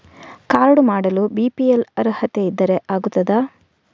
Card ಮಾಡಲು BPL ಅರ್ಹತೆ ಇದ್ದರೆ ಆಗುತ್ತದ?